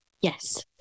Yes